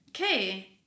okay